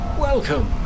Welcome